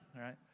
Right